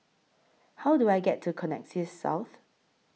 How Do I get to Connexis South